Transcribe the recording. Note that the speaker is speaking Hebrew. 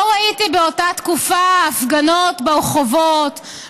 לא ראיתי באותה תקופה הפגנות ברחובות,